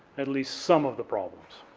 at least some of the problems.